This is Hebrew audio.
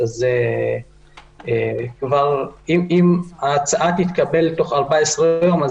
אם ההצעה של 14 יום תתקבל,